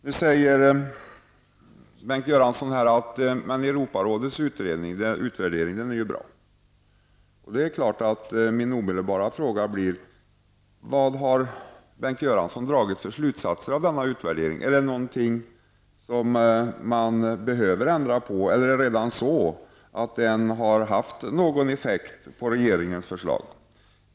Nu säger Bengt Göransson att Europarådets utvärdering är bra. Det är klart att min omedelbara fråga blir: Vad har Bengt Göransson dragit för slutsatser av denna utvärdering? Finns det någonting som man behöver ändra på? Eller har utvärderingen redan haft någon effekt på regeringens förslag?